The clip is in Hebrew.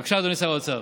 בבקשה, אדוני שר האוצר.